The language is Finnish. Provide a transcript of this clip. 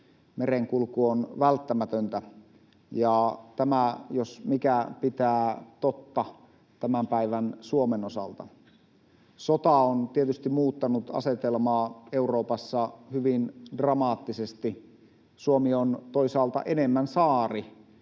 merenkulku on välttämätöntä, ja tämä jos mikä pitää totta tämän päivän Suomen osalta. Sota on tietysti muuttanut asetelmaa Euroopassa hyvin dramaattisesti. Suomi on toisaalta enemmän saari